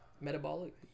Metabolic